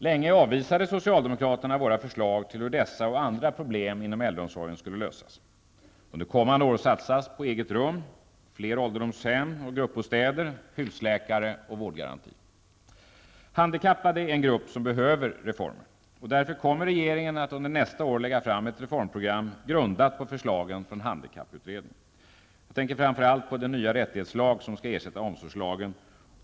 Länge avvisade socialdemokraterna våra förslag till hur dessa och andra problem inom äldreomsorgen skulle lösas. Under kommande år satsas på eget rum, flera ålderdomshem, gruppbostäder, husläkare och vårdgaranti. Handikappade är en grupp som behöver reformer. Därför kommer regeringen att under nästa år lägga fram ett reformprogram grundat på förslagen från handikapputredningen. Jag tänker framför allt på den nya rättighetslag som skall ersätta omsorgslagen.